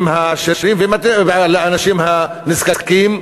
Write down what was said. באנשים הנזקקים.